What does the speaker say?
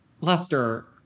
Lester